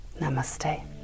Namaste